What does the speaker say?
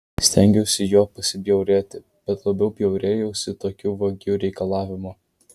stengiausi juo pasibjaurėti bet labiau bjaurėjausi tokiu vagių reikalavimu